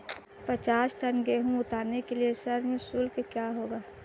पचास टन गेहूँ उतारने के लिए श्रम शुल्क क्या होगा?